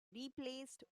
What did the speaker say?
replaced